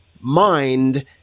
mind